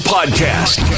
Podcast